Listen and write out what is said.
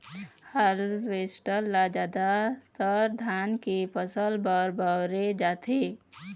harvester ल जादातर धान के फसल बर बउरे जाथे